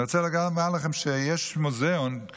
אני רוצה לומר לכם שיש את מוזיאון השואה בוושינגטון,